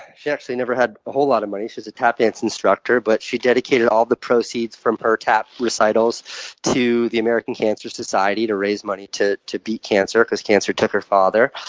she actually never had a whole lot of money. she was a tap dance instructor. but she dedicated all the proceeds from her tap recitals to the american cancer society to raise money to to beat cancer, because cancer took her father.